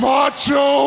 Macho